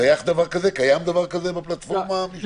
האם קיים דבר כזה בפלטפורמה המשפטית?